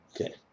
Okay